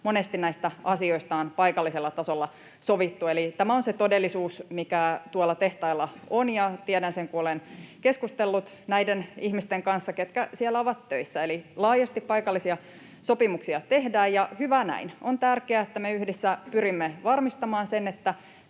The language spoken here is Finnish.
monesti näistä asioista on paikallisella tasolla sovittu. Eli tämä on se todellisuus, mikä tuolla tehtailla on, ja tiedän sen, kun olen keskustellut näiden ihmisten kanssa, ketkä siellä ovat töissä. Eli laajasti paikallisia sopimuksia tehdään, ja hyvä näin. On tärkeää, että me yhdessä pyrimme varmistamaan sen, että